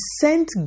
sent